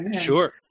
Sure